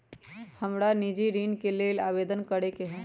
हमरा निजी ऋण के लेल आवेदन करै के हए